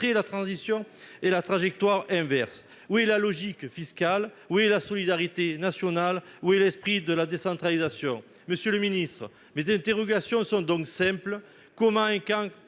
connaîtraient la trajectoire inverse ! Où est la logique fiscale ? Où est la solidarité nationale ? Où est l'esprit de la décentralisation ? Monsieur le ministre, mes interrogations sont donc simples : comment et quand